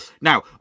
Now